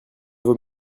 vaut